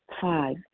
Five